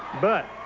but.